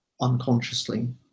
unconsciously